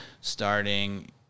starting